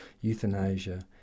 euthanasia